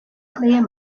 klear